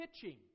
pitching